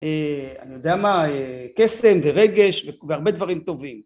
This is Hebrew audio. אה... אני יודע מה, אה... קסם ורגש והרבה דברים טובים